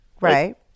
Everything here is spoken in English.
Right